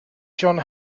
john